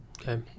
Okay